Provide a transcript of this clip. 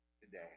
today